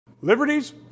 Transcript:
Liberties